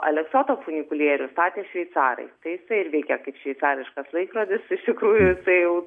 aleksoto funikulierių statė šveicarai tai jisai ir veikia kaip šveicariškas laikrodis iš tikrųjų tai